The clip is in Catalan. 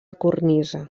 cornisa